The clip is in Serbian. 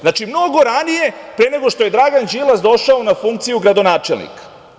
Znači, mnogo ranije, pre nego što je Dragan Đilas došao na funkciju gradonačelnika.